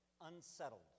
unsettled